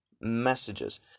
messages